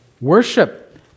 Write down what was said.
Worship